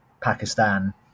Pakistan